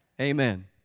Amen